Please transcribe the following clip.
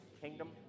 kingdom